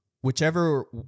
whichever